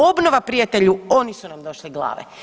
Obnova prijatelju oni su nam došli glave.